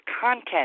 content